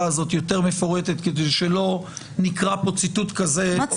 הזאת יותר מפורטת כדי שלא נקרא פה ציטוט כזה או